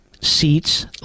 seats